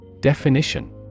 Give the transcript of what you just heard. Definition